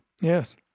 Yes